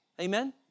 Amen